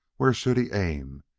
where should he aim?